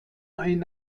ein